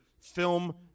film